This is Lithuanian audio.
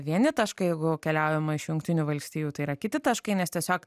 vieni taškai jeigu keliaujama iš jungtinių valstijų tai yra kiti taškai nes tiesiog